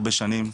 הרבה שנים,